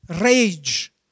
rage